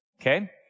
Okay